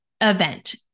event